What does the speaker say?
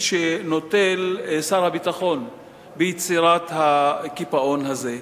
שנוטל שר הביטחון ביצירת הקיפאון הזה.